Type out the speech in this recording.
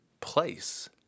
place